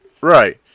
Right